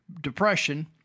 depression